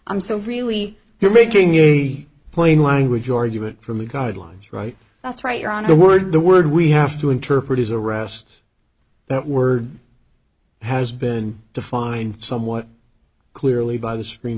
i'm so really here making a plain language argument from the guidelines right that's right you're on the word the word we have to interpret is arrest that word has been defined somewhat clearly by the supreme